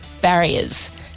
barriers